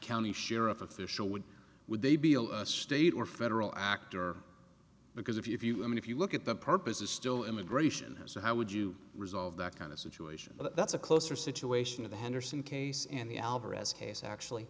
county sheriff official would would they be a state or federal actor because if you i mean if you look at the purposes still immigration so how would you resolve that kind of situation that's a closer situation of the henderson case and the alvarez case actually